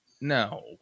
No